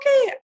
okay